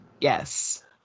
Yes